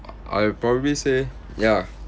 I I'll probably say ya